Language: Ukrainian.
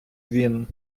він